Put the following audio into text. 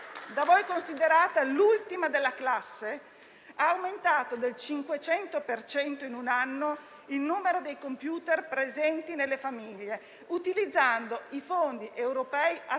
da voi considerata l'ultima della classe, ha aumentato del 500 per cento in un anno il numero dei computer presenti nelle famiglie, utilizzando i fondi europei attuali